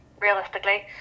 realistically